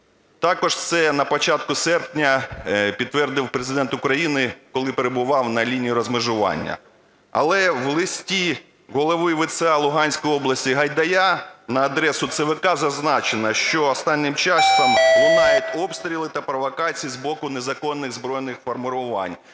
Також це на початку серпня підтвердив Президент України, коли перебував на лінії розмежування. Але в листі голови ВЦА Луганської області Гайдая на адресу ЦВК зазначено, що останнім часом лунають обстріли та провокації з боку незаконних збройних формувань,